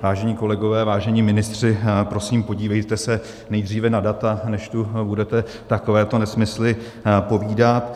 Vážení kolegové, vážení ministři, prosím, podívejte se nejdříve na data, než tu budete takovéto nesmysly povídat.